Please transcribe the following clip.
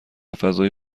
فضای